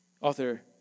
Author